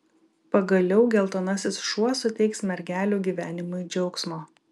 pagaliau geltonasis šuo suteiks mergelių gyvenimui džiaugsmo